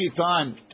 time